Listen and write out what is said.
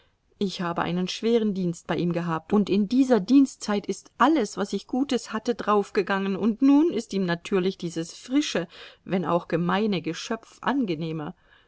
ich habe einen schweren dienst bei ihm gehabt und in dieser dienstzeit ist alles was ich gutes hatte draufgegangen und nun ist ihm natürlich dieses frische wenn auch gemeine geschöpf angenehmer